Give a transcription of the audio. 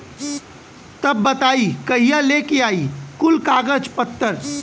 तब बताई कहिया लेके आई कुल कागज पतर?